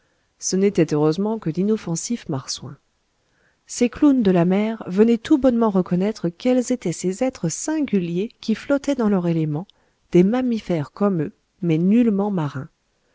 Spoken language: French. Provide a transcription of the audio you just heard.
ce n'étaient heureusement que d'inoffensifs marsouins ces clowns de la mer venaient tout bonnement reconnaître quels étaient ces êtres singuliers qui flottaient dans leur élément des mammifères comme eux mais nullement marins